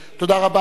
תודה רבה.